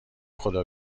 خدا